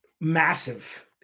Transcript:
massive